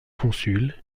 consuls